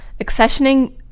Accessioning